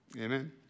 amen